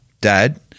Dad